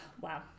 Wow